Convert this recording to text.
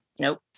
nope